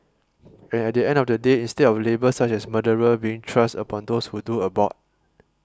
and at the end of the day instead of labels such as murderer being thrust upon those who do abort